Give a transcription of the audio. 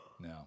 no